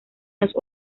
nos